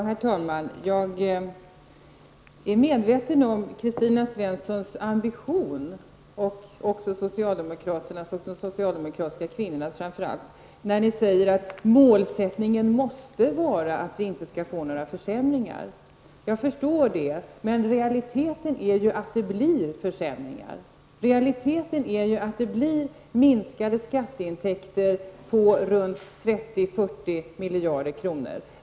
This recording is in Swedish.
Herr talman! Jag är medveten om Kristina Svenssons, socialdemokraternas och framför allt de socialdemokratiska kvinnornas ambition att målsättningen måste vara att vi inte skall få någon försämring. Jag förstår det. Realiteten är dock att det medför försämringar. Realiteten är att vi får minskade skatteintäkter på 30--40 miljarder kronor.